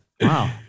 Wow